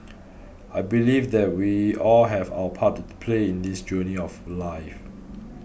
I believe that we all have our part to play in this journey of life